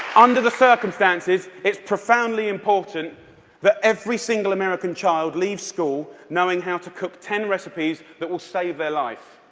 under the circumstances, it's profoundly important that every single american child leaves school knowing how to cook ten recipes that will save their life.